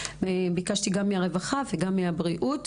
הדיון, כנ"ל ממשרדי הרווחה והבריאות,